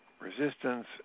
resistance